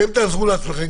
אתם תעזרו לעצמכם,